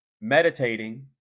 meditating